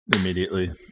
Immediately